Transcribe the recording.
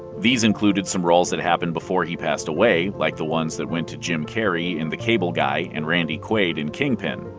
these included some roles that happened before he passed away, like the ones that went to jim carrey in the cable guy and randy quaid in kingpin.